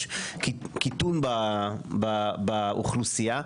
קיטון באוכלוסייה.